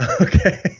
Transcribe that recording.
Okay